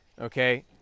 Okay